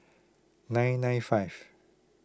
nine nine five